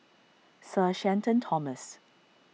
Sir Shenton Thomas